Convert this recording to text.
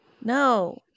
No